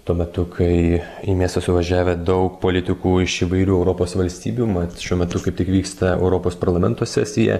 tuo metu kai į miestą suvažiavę daug politikų iš įvairių europos valstybių mat šiuo metu kaip tik vyksta europos parlamento sesija